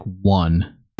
one